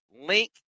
link